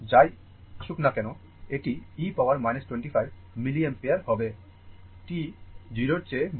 যাই আসুক না কেন এটি e পাওয়ার 25 মিলিঅ্যাম্পিয়ার হবে t 0 এর চেয়ে বড়